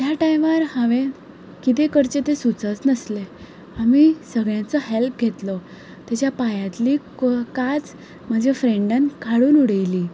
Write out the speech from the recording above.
त्या टायमार हांवें किदें करचें तें सुचच नासलें आमी सगल्यांचो हेल्प घेतलो तेच्या पांयांतली कांच म्हज्या फ्रेंडान काडून उडयली